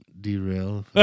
derail